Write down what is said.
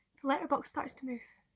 the letterbox starts to move!